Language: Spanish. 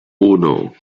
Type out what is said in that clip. uno